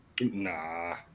Nah